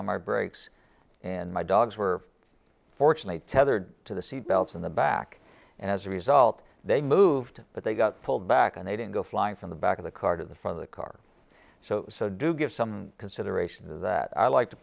on my brakes and my dogs were fortunately tethered to the seat belts in the back and as a result they moved but they got pulled back and they didn't go flying from the back of the car to the from the car so so do give some consideration that i like to